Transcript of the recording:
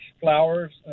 flowers